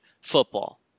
football